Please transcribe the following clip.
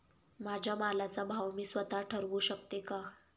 माझ्या मालाचा भाव मी स्वत: ठरवू शकते का?